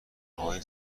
های